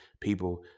people